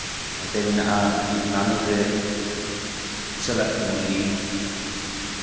ᱚᱱᱛᱮ ᱢᱮᱱᱟᱜᱼᱟ ᱱᱟᱹᱱᱩᱨᱨᱮ ᱵᱤᱥᱟᱞᱚᱠᱠᱷᱤ ᱢᱚᱱᱫᱤᱨ